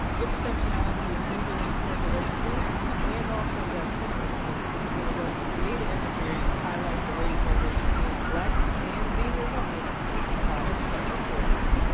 intersectionality is rooted in critical race theory and also black feminist theory. and it was created as a theory to highlight the ways in which being black and being a woman amplified oppressive forces.